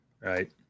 Right